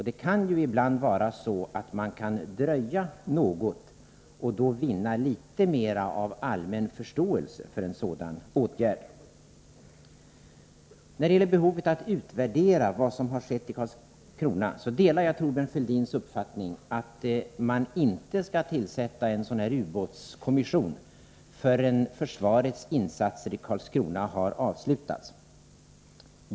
Det kan ibland vara så att man kan dröja något och då vinna mera av allmän förståelse för en sådan åtgärd. När det gäller behovet av att utvärdera vad som skett i Karlskrona delar jag Thorbjörn Fälldins uppfattning att man inte skall tillsätta en ubåtskommission förrän försvarets insatser i Karlskrona har avslutats.